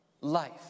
life